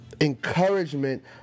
encouragement